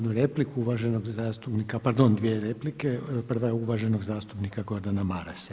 Imamo jednu repliku, uvaženog zastupnika, pardon dvije replike, prva je uvaženog zastupnika Gordana Marasa.